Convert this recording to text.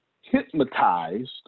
hypnotized